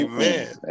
Amen